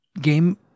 game